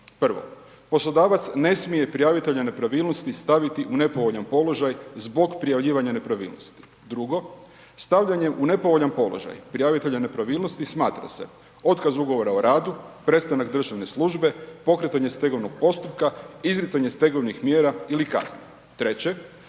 prvo poslodavac ne smije prijavitelja nepravilnosti staviti u nepovoljan položaj zbog prijavljivanja nepravilnosti, drugo, stavljanjem u nepovoljan položaj prijavitelja nepravilnosti smatra se otkaz Ugovora o radu, prestanak državne službe, pokretanje stegovnog postupka, izricanje stegovnih mjera ili kazni. Treće,